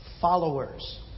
followers